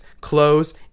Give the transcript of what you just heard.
clothes